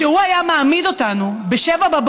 כשהוא היה מעמיד אותנו ב-07:00,